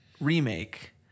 remake